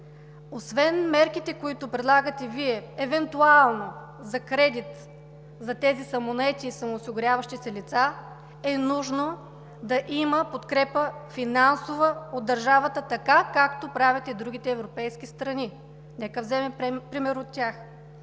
Освен мерките, които предлагате Вие евентуално за кредит за тези самонаети и самоосигуряващи се лица, е нужно да има финансова подкрепа от държавата – така, както правят и другите европейски страни. Нека вземем пример от тях.